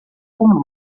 como